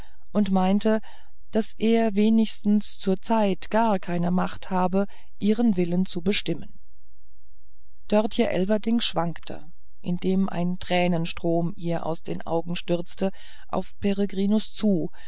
und meinten daß er wenigstens zurzeit gar keine macht habe ihren willen zu bestimmen dörtje elverdink wankte indem ein tränenstrom ihr aus den augen stürzte auf peregrinus zu